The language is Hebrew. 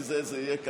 בלי זה, זה יהיה קשה.